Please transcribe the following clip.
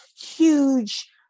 huge